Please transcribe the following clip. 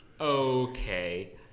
okay